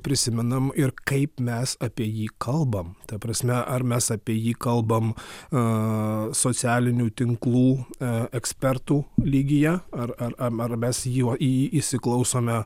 prisimename ir kaip mes apie jį kalbame ta prasme ar mes apie jį kalbam a socialinių tinklų ekspertų lygyje ar ar ar mes jį jo įsiklausome